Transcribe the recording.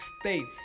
States